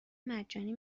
مجانی